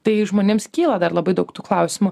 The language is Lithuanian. tai žmonėms kyla dar labai daug tų klausimų